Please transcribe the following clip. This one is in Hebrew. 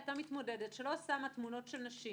היתה מתמודדת שלא שמה תמונות של נשים